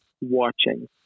watching